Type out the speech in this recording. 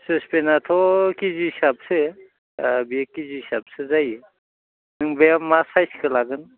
सुसपेनाथ' KG हिसाबसो बे KG हिसाबसो जायो नों बे मा साइसखो लागोन